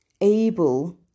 able